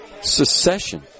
secession